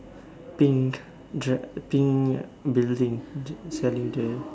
pink dre~ pink building selling the